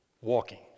walking